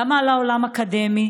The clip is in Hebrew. גם על העולם האקדמי.